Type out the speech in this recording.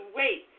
wait